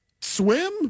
swim